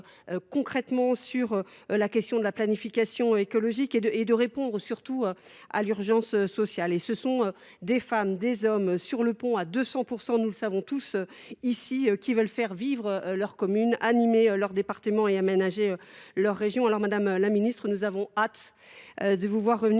concrètement dans la planification écologique et de répondre à l’urgence sociale. Ce sont des femmes et des hommes qui sont sur le pont à 200 %, nous le savons tous, qui veulent faire vivre leur commune, animer leur département et aménager leur région. Madame la ministre, nous avons hâte de vous voir revenir